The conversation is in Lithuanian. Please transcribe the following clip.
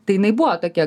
tai jinai buvo tokia